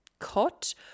cut